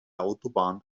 autobahn